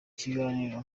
kiganiro